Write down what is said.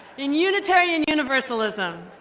in unitarian universalism.